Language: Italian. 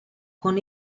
con